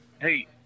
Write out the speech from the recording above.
hey